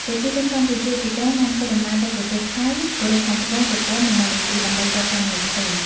ប្រជាជនកម្ពុជាជាច្រើនបានធ្វើដំណើរទៅប្រទេស ថៃ កូរ៉េខាងត្បូង ជប៉ុន និងម៉ាឡេសុី ដើម្បីរកការងារធ្វើ។